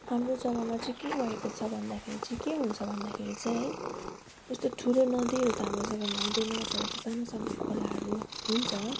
हाम्रो जग्गामा चाहिँ के भएको छ भन्दाखेरि चाहिँ के हुन्छ भन्दाखेरि चाहिँ है यस्तो ठुलो नदीहरू त हाम्रो जग्गामा हुँदैन तर सानो सानो खोलाहरू हुन्छ